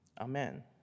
Amen